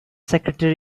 secretary